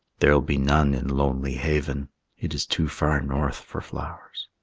there'll be none in lonely haven it is too far north for flowers.